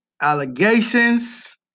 allegations